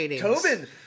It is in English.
Tobin